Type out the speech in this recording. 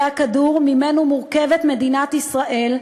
זה הכדור שממנו מורכבת מדינת ישראל,